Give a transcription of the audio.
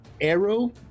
arrow